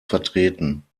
vertreten